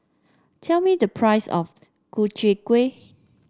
tell me the price of Ku Chai Kueh